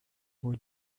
boy